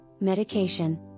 medication